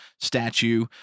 statue